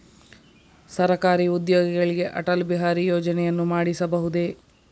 ಸರಕಾರಿ ಉದ್ಯೋಗಿಗಳಿಗೆ ಅಟಲ್ ಬಿಹಾರಿ ಯೋಜನೆಯನ್ನು ಮಾಡಿಸಬಹುದೇ?